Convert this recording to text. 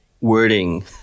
wording